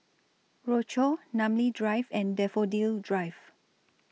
Rochor Namly Drive and Daffodil Drive